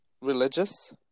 religious